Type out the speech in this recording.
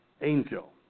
angel